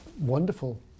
Wonderful